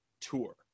Tour